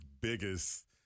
biggest